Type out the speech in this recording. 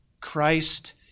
Christ